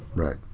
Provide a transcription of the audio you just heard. right.